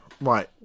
Right